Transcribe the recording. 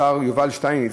השר יובל שטייניץ,